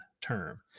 term